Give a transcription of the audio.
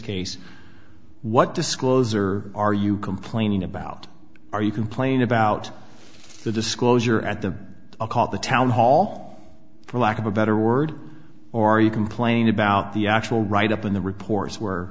case what discloser are you complaining about are you complain about the disclosure at the a called the town hall for lack of a better word or you complain about the actual write up in the reports where